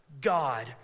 God